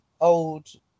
old